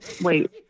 Wait